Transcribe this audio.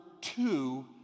two